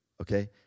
Okay